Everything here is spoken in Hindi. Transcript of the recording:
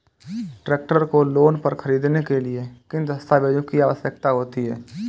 ट्रैक्टर को लोंन पर खरीदने के लिए किन दस्तावेज़ों की आवश्यकता होती है?